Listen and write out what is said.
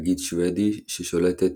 תאגיד שוודי ששולטת